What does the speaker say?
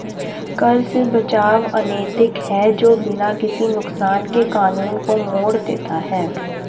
कर से बचाव अनैतिक है जो बिना किसी नुकसान के कानून को मोड़ देता है